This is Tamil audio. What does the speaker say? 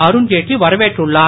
அருண்ஜெட்லி வரவேற்றுள்ளார்